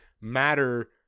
matter